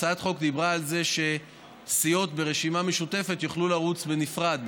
הצעת החוק דיברה על זה שסיעות ברשימה משותפת יוכלו לרוץ בנפרד,